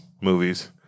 Movies